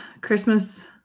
Christmas